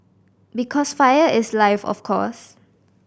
because fire is life of course